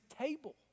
table